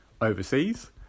overseas